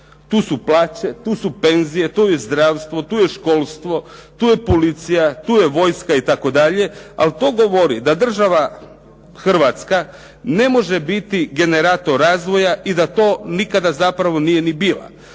tu su plaće, tu su penzije, tu je zdravstvo, tu je školstvo, tu je policija, tu je vojska itd., ali to govori da država Hrvatska ne može biti generator razvoja i to nikada zapravo nije ni bila.